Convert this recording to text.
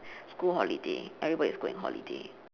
school holiday everybody's going holiday